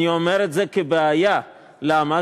אני אומר את זה כבעיה, למה?